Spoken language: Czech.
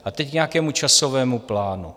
A teď k nějakému časovému plánu.